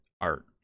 art